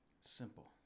Simple